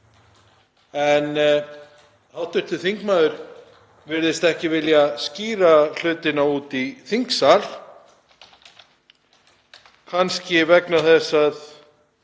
En hv. þingmaður virðist ekki vilja skýra hlutina úti í þingsal, kannski vegna þess að